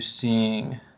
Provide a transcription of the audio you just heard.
seeing